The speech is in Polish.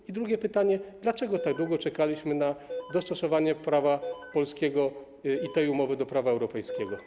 I drugie pytanie: Dlaczego tak długo czekaliśmy na dostosowanie prawa polskiego i tej umowy do prawa europejskiego?